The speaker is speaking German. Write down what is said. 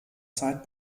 zeit